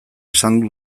esan